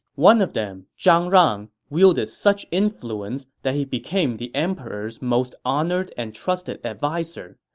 one of them, zhang rang, wielded such influence that he became the emperor's most honored and trusted adviser.